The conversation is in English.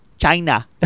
China